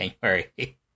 January